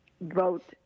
vote